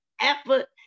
effort